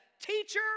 teacher